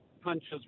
punches